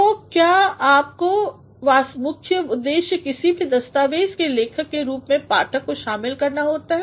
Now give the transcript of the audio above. तो आपका मुख्य उद्देश्य किसी भी दस्तावेज़ के लेखक के रूप में पाठक को शामिल करना होता है